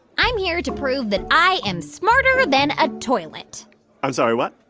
i'm here to prove that i am smarter than a toilet i'm sorry. what?